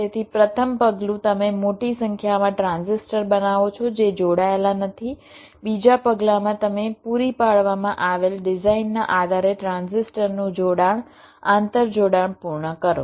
તેથી પ્રથમ પગલું તમે મોટી સંખ્યામાં ટ્રાન્ઝિસ્ટર બનાવો છો જે જોડાયેલા નથી બીજા પગલાંમાં તમે પૂરી પાડવામાં આવેલ ડિઝાઇનના આધારે ટ્રાન્ઝિસ્ટરનું જોડાણ આંતરજોડાણ પૂર્ણ કરો